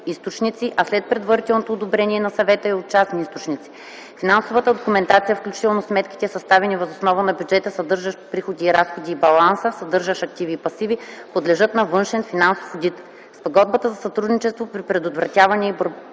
източници, а след предварителното одобрение на Съвета и от частни източници. Финансовата документация, включително сметките, съставени въз основа на бюджета, съдържащ приходи и разходи, и баланса, съдържащ активи и пасиви, подлежат на външен финансов одит. Спогодбата за сътрудничество при предотвратяването